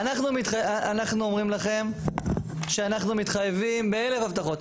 אנחנו אומרים לכם שאנחנו מתחייבים באלף הבטחות,